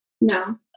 No